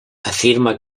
afirma